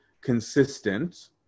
consistent